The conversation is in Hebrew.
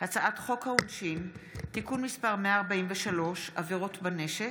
הצעת חוק העונשין (תיקון מס' 143) (עבירות בנשק),